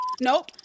Nope